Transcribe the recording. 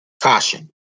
Caution